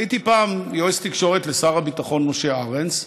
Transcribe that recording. הייתי פעם יועץ תקשורת לשר הביטחון משה ארנס,